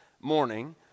morning